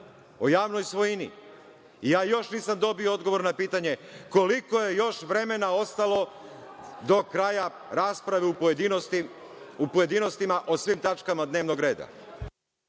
o javnoj svojini. Ja još nisam dobio odgovor na pitanje - koliko je još vremena ostalo do kraja rasprave u pojedinostima u svim tačkama dnevnog reda?